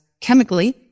chemically